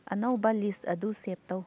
ꯑꯅꯧꯕ ꯂꯤꯁ ꯑꯗꯨ ꯁꯦꯞ ꯇꯧ